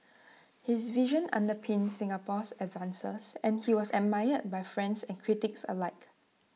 his vision underpinned Singapore's advances and he was admired by friends and critics alike